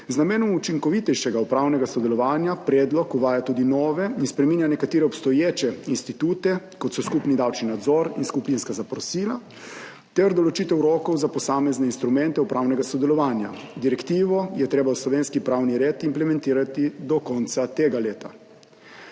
Z namenom učinkovitejšega upravnega sodelovanja predlog uvaja tudi nove in spreminja nekatere obstoječe institute, kot so skupni davčni nadzor in skupinska zaprosila ter določitev rokov za posamezne instrumente upravnega sodelovanja. Direktivo je treba v slovenski pravni red implementirati do konca tega leta.